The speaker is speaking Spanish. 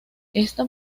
esta